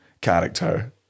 character